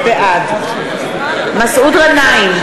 בעד מסעוד גנאים,